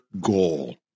goal